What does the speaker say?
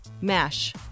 MASH